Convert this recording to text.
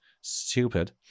stupid